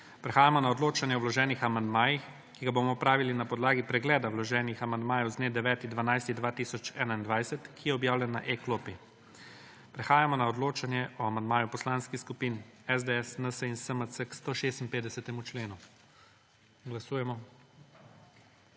Prehajamo na odločanje o vloženih amandmajih, ki ga bomo opravili na podlagi preda vloženih amandmajev z dne 9. 12. 2021, ki je objavljen na e-klopi. Prehajamo na odločanje o amandmaju poslanskih skupin SDS, NSi in SMC k 165. členu. 84.